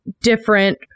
different